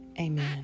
Amen